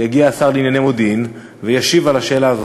יגיע השר לענייני מודיעין וישיב על השאלה הזאת.